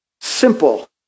simple